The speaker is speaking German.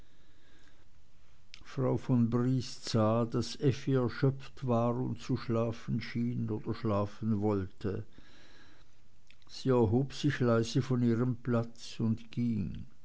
frau von briest sah daß effi erschöpft war und zu schlafen schien oder schlafen wollte sie erhob sich leise von ihrem platz und ging